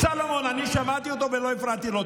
סולומון, אני שמעתי אותו ולא הפרעתי לו.